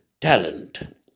talent